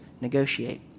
negotiate